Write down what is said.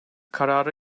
karara